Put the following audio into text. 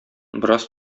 бераз